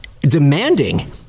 demanding